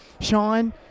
Sean